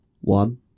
One